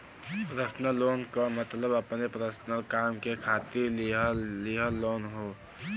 personal loan क मतलब अपने पर्सनल काम के खातिर लिहल लोन हौ